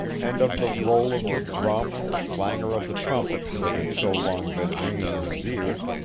and of the roll of the drum and the clangor of the trumpet, that had so long been ringing in his ears,